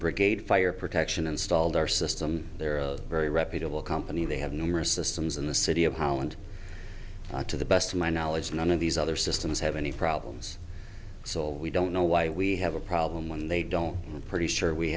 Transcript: brigade fire protection installed our system they're a very reputable company they have numerous systems in the city of holland to the best of my knowledge none of these other systems have any problems so we don't know why we have a problem when they don't pretty sure we